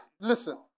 listen